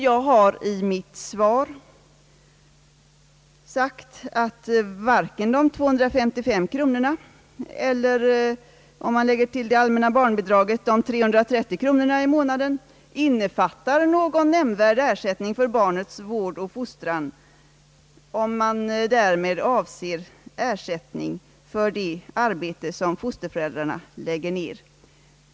Jag har i mitt svar sagt att varken de 255 eller, om man lägger till det allmänna barnbidraget, de 330 kronorna i månaden innefattar någon nämnvärd ersättning för barnets vård och fostran, om man därmed avser ersättning för det arbete som fosterföräldrar lägger ned.